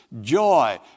joy